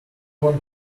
want